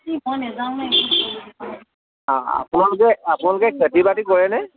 আপোনালোকে আপোনালোকে খেতি বাতি কৰেনে